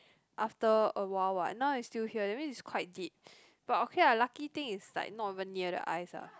after a while what now it's still here that means it's quite deep but okay ah lucky thing is like not even near the eyes ah